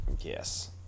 Yes